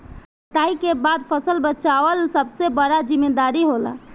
कटाई के बाद फसल बचावल सबसे बड़का जिम्मेदारी होला